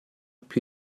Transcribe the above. più